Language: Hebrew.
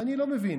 אני לא מבין,